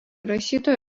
rašytojo